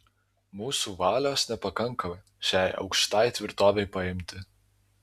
mūsų valios nepakanka šiai aukštai tvirtovei paimti